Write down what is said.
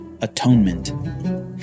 atonement